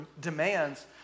demands